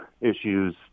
issues